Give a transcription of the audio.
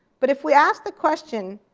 but if we ask the question,